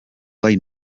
gai